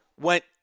went